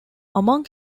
among